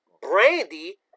Brandy